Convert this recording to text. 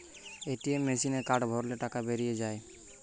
ATM মেসিনে card ভরলে টাকা বেরিয়ে যায়